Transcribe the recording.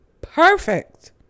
Perfect